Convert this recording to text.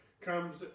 comes